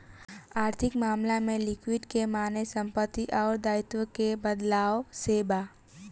आर्थिक मामला में लिक्विडिटी के माने संपत्ति अउर दाईत्व के बदलाव से बा